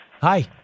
Hi